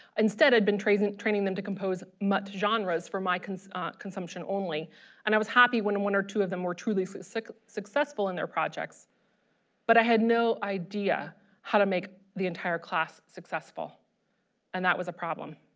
instead i'd been training training them to compose mutt genres for my consumption consumption only and i was happy when one or two of them were truly successful in their projects but i had no idea how to make the entire class successful and that was a problem.